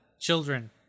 children